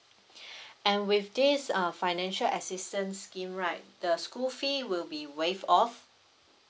and with this err financial assistance scheme right the school fee will be waived off